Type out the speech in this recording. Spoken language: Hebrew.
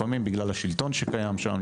לפעמים בגלל השלטון שקיים שם,